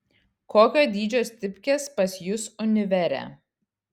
kokio dydžio stipkės pas jus univere